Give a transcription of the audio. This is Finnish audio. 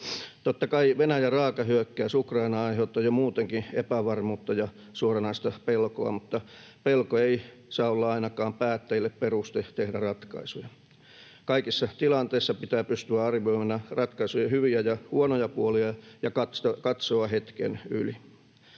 Totta kai Venäjän raaka hyökkäys Ukrainaan aiheuttaa jo muutenkin epävarmuutta ja suoranaista pelkoa, mutta pelko ei saa olla ainakaan päättäjille peruste tehdä ratkaisuja. Kaikissa tilanteissa pitää pystyä arvioimaan ratkaisujen hyviä ja huonoja puolia ja katsoa hetken yli.